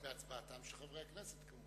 זו הצבעתם של חברי הכנסת.